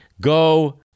go